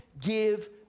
give